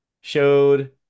showed